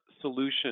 solution